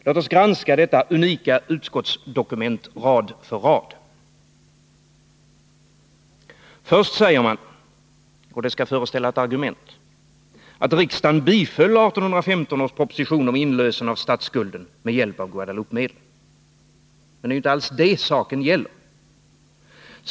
Låt oss granska detta unika utskottsdokument rad för rad. Först säger man — och det skall föreställa ett argument — att riksdagen biföll 1815 års proposition om inlösen av statsskulden med hjälp av Guadeloupemedlen. Men det är ju inte alls det saken gäller.